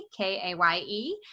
K-A-Y-E